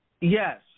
yes